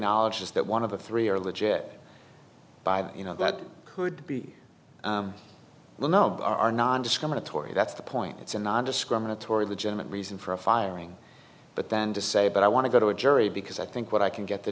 acknowledges that one of the three are legit by you know that could be the nub are nondiscriminatory that's the point it's a nondiscriminatory legitimate reason for a firing but then to say but i want to go to a jury because i think what i can get the